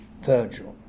Virgil